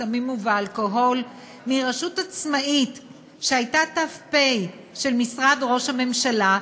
בסמים ובאלכוהול מרשות עצמאית שהייתה ת"פ של משרד ראש הממשלה,